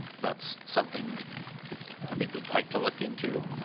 that's something think we'd like to look into,